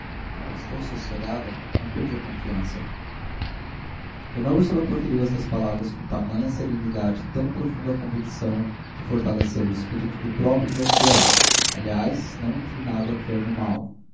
oh estou sossegada não perdi a confiança d úrsula proferiu estas palavras com tamanha serenidade e tão profunda convicção que fortaleceu o espírito do próprio melchior aliás não inclinado a crer no mal